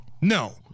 No